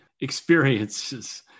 experiences